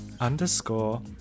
underscore